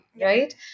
right